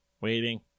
Waiting